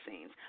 scenes